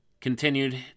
continued